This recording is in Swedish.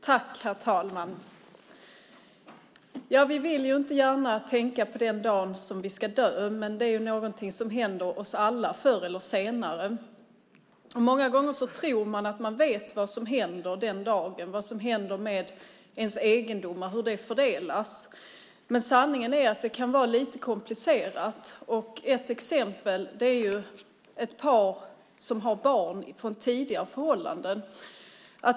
Herr talman! Vi vill inte gärna tänka på den dag då vi ska dö, men det är någonting som händer oss alla förr eller senare. Många gånger tror man att man vet vad som händer den dagen, vad som händer med ens egendomar och hur de fördelas. Men sanningen är att det kan vara lite komplicerat. Ett exempel är par som har barn från tidigare förhållanden.